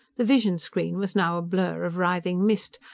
the vision screen was now a blur of writhing mist,